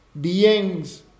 beings